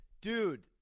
Dude